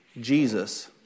Jesus